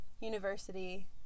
university